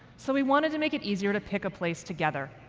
so, we wanted to make it easier to pick a place together.